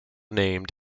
named